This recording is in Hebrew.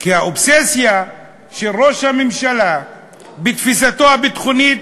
כי האובססיה של ראש הממשלה בתפיסתו הביטחונית,